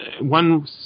one